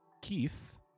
Keith